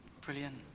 Brilliant